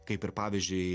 kaip ir pavyzdžiui